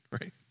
right